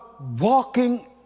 walking